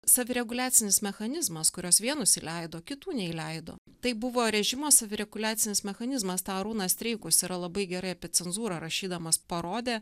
savireguliacinis mechanizmas kurios vienus įleido kitų neįleido tai buvo režimo savireguliacinis mechanizmas tą arūnas streikus yra labai gerai apie cenzūrą rašydamas parodė